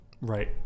Right